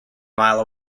mile